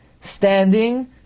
standing